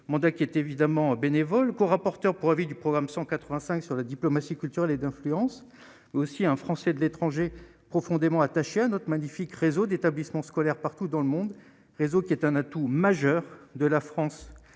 mandat qui est évidemment bénévole, co-rapporteur pour avis du programme 185 sur la diplomatie culturelle et d'influence, mais aussi un Français de l'étranger, profondément attaché à notre magnifique réseau d'établissements scolaires partout dans le monde, réseau qui est un atout majeur de la France